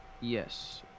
Yes